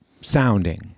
Sounding